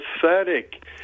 pathetic